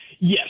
Yes